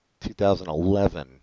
2011